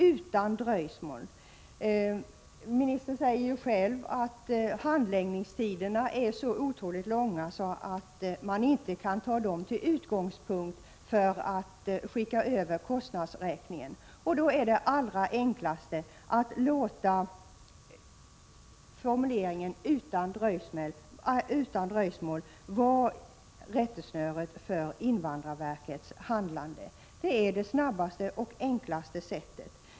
Invandrarministern säger själv att handläggningstiderna är så långa att man inte kan ta dem till utgångspunkt för att skicka över kostnadsräkningar. Då är det enklast att låta formuleringen ”utan dröjsmål” vara rättesnöret för invandrarverkets handlande. Det är det snabbaste och enklaste sättet.